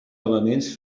elements